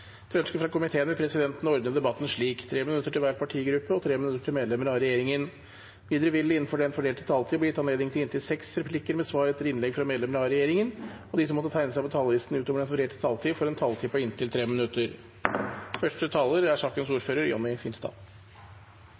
Etter ønske fra næringskomiteen vil presidenten vil ordne debatten slik: 3 minutter til hver partigruppe og 3 minutter til medlemmer av regjeringen. Videre vil det – innenfor den fordelte taletid – bli gitt anledning til inntil seks replikker med svar etter innlegg fra medlemmer av regjeringen, og de som måtte tegne seg på talerlisten utover den fordelte taletid, får også en taletid på inntil 3 minutter. Det er